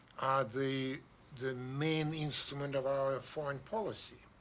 the the main instrument of our foreign policy.